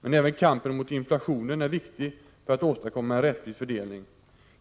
Men även kampen mot inflationen är viktig för att åstadkomma en rättvis fördelning.